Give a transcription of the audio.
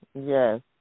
Yes